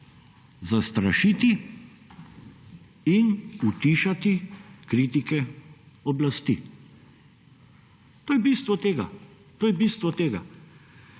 zastrašiti in utišati kritike oblasti. To je bistvo tega.